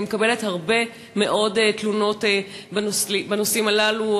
אני מקבלת הרבה מאוד תלונות בנושאים הללו,